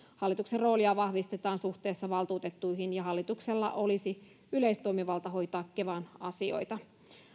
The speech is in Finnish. hallituksen roolia vahvistetaan suhteessa valtuutettuihin ja hallituksella olisi yleistoimivalta hoitaa kevan asioita